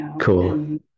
Cool